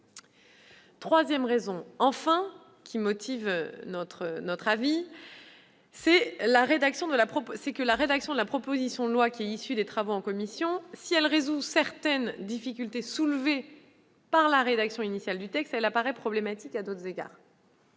troisième raison qui motive notre avis : la rédaction de la proposition de loi issue des travaux en commission, si elle résout certaines difficultés soulevées par la rédaction initiale du texte, paraît problématique à d'autres égards.